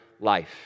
life